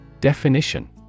Definition